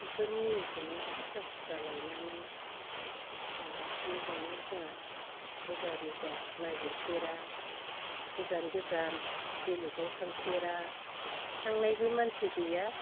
बेफोर मुलिखौनो खास्रा खुस्रा लायनानै जागासिनो दङ जोंहा अजा बेजा नागिरफेरा गोजान गोजान बेलेकआव थांफेरा थांनायबो मानसि गैया